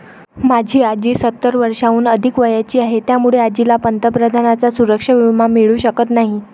माझी आजी सत्तर वर्षांहून अधिक वयाची आहे, त्यामुळे आजीला पंतप्रधानांचा सुरक्षा विमा मिळू शकत नाही